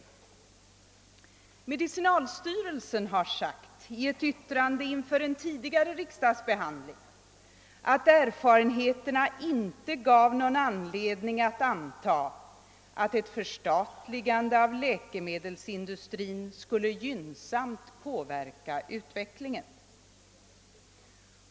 Dåvarande medicinalstyrelsen anförde i ett yttrande inför en tidigare riksdagsbehandling, att erfarenheterna inte gav någon anledning att anta att ett förstatligande av läkemedelsindustrin skulle gynnsamt påverka utvecklingen.